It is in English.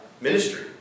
ministry